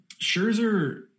Scherzer